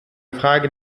frage